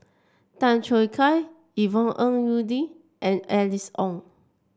Tan Choo Kai Yvonne Ng Uhde and Alice Ong